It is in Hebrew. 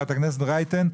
חברת הכנסת רייטן,